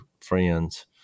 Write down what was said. friends